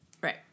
Right